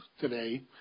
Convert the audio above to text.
today